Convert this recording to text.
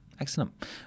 Excellent